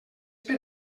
per